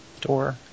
door